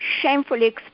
shamefully